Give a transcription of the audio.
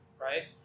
right